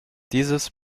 dieses